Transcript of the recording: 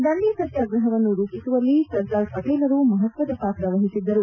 ದಂಡಿ ಸತ್ಕಾಗ್ರಹವನ್ನು ರೂಪಿಸುವಲ್ಲಿ ಸರ್ದಾರ್ ಪಟೇಲರು ಮಪತ್ವದ ಪಾತ್ರ ವಹಿಸಿದ್ದರು